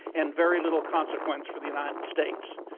and very little consequence for the united states.